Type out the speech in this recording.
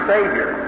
Savior